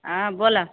हँ बोलऽ